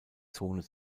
zone